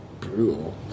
brutal